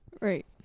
Right